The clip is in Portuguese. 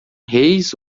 reis